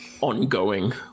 ongoing